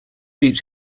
each